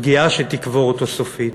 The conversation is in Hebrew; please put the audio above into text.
פגיעה שתקבור אותו סופית.